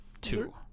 two